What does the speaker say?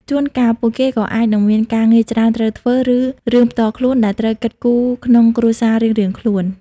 ជួនកាល ពួកគេក៏អាចនឹងមានការងារច្រើនត្រូវធ្វើ ឬរឿងផ្ទាល់ខ្លួនដែលត្រូវគិតគូរក្នុងគ្រួសាររៀងៗខ្លួន។